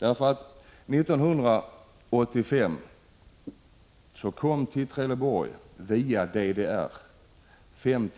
År 1985 kom till Trelleborg via DDR 5